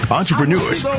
entrepreneurs